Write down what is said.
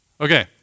Okay